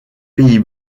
pays